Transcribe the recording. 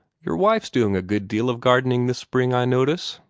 your wife's doing a good deal of gardening this spring, i notice,